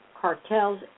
cartels